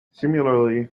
similarly